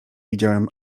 widziałem